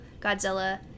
Godzilla